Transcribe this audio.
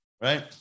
right